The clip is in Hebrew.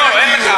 לא, אין לך.